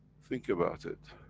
think about it.